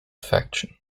faction